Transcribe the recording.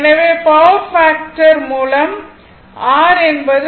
எனவே power factor r என்பது 36